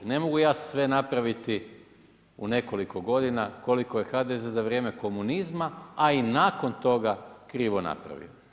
Ne mogu ja sve napraviti u nekoliko godina koliko je HDZ za vrijeme komunizma, a i nakon toga krivo napravio.